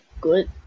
good